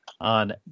on